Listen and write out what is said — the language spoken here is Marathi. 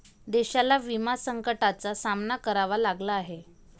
देशाला विमा संकटाचा सामना करावा लागला आहे